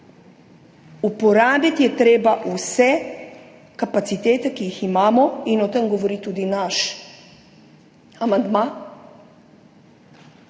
Uporabiti je treba vse kapacitete, ki jih imamo, in o tem govori tudi naš amandma,